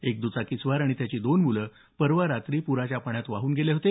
एक दुचाकीस्वार आणि त्याची दोन मुलं परवा रात्री पुराच्या पाण्यात वाहून गेले होते